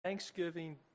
Thanksgiving